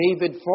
David